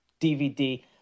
DVD